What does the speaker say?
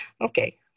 Okay